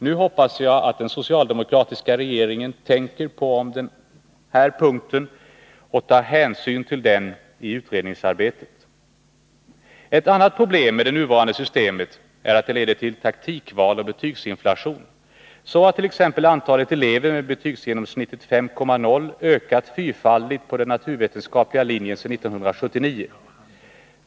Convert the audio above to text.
Nu hoppas jag att den socialdemokratiska regeringen tänker om på den här punkten och tar hänsyn till detta i utredningsarbetet. Ett annat problem med det nuvarande systemet är att det leder till taktikval och betygsinflation. Så har t.ex. antalet elever med betygsgenomsnittet 5,0 ökat fyrfaldigt på den naturvetenskapliga linjen sedan 1979.